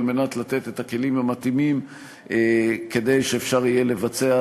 על מנת לתת את הכלים המתאימים כדי שאפשר יהיה לבצע